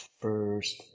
first